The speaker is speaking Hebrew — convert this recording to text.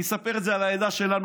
אני אספר את זה על העדה שלנו,